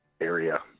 area